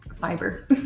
fiber